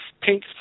pink